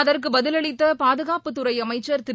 அதற்குபதிலளித்தபாதுகாப்புத்துறைஅமைச்சர் திரு